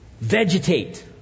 vegetate